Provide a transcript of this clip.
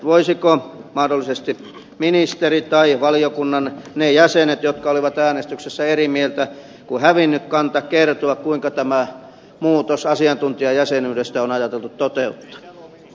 voisivatko mahdollisesti ministeri tai ne valiokunnan jäsenet jotka olivat äänestyksessä eri mieltä kuin hävinnyt kanta kertoa kuinka tämä muutos asiantuntijajäsenyydestä on ajateltu toteuttaa